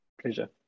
Pleasure